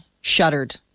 shuddered